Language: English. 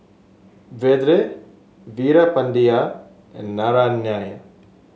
Vedre Veerapandiya and Naraina